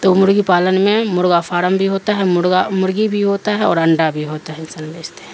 تو مرغی پالن میں مرغا فارم بھی ہوتا ہے مرغا مرغی بھی ہوتا ہے اور انڈا بھی ہوتا ہے انسن میں استے ہیں